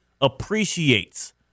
appreciates